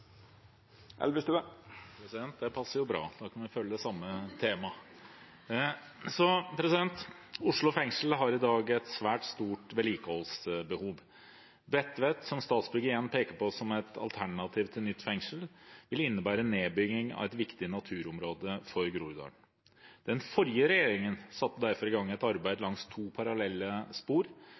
Det passer jo bra, da kan vi følge samme tema. «Oslo fengsel har i dag et svært stort vedlikeholdsbehov. Bredtvet, som Statsbygg igjen peker på som et alternativ til nytt fengsel, vil innebære nedbygging av et viktig naturområde for Groruddalen. Den forrige regjeringen satte derfor i gang et arbeid langs to parallelle spor